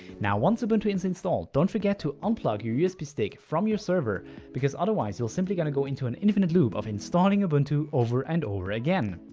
now once ubuntu is installed don't forget to unplug your usb stick from your server because otherwise you'll simply gonna go into an infinite loop of installing ubuntu over and over again.